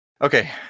Okay